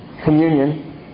Communion